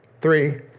Three